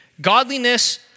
Godliness